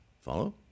follow